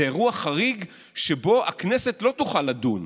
זה אירוע חריג שבו הכנסת לא תוכל לדון.